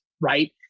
right